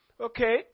okay